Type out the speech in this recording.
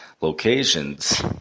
locations